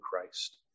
Christ